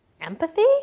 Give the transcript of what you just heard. empathy